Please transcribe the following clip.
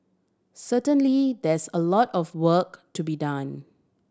certainly there's a lot of work to be done